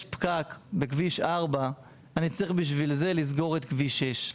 פקק בכביש 4 אני צריך בשביל זה לסגור את כביש 6?